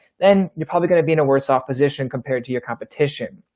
then you're probably going to be in a worse off position compared to your competition,